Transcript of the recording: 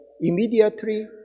immediately